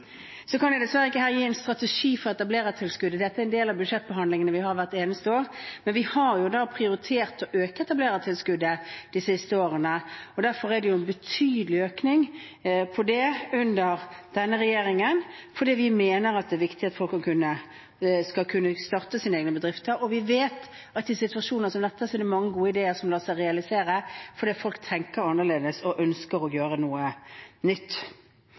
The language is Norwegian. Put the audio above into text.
Så kan jeg dessverre ikke her gi en strategi for etablerertilskuddet – det er en del av budsjettbehandlingene vi har hvert eneste år – men vi har prioritert å øke etablerertilskuddet de siste årene. Derfor har det vært en betydelig økning av det under denne regjeringen. Vi mener at det er viktig at folk skal kunne starte sine egne bedrifter. Og vi vet at i situasjoner som dette er det mange gode ideer som lar seg realisere, fordi folk tenker annerledes og ønsker å gjøre noe nytt.